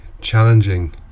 challenging